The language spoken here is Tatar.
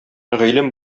гыйлем